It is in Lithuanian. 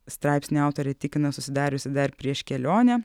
straipsnio autorė tikina susidariusi dar prieš kelionę